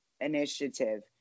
initiative